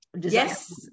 Yes